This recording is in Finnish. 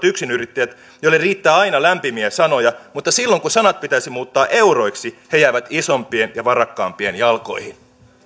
yksinyrittäjät joille riittää aina lämpimiä sanoja mutta silloin kun sanat pitäisi muuttaa euroiksi he jäävät isompien ja varakkaampien jalkoihin